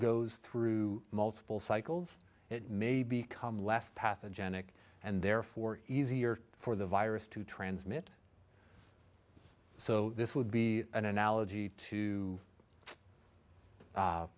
goes through multiple cycles it may become less pathogenic and therefore easier for the virus to transmit so this would be an analogy to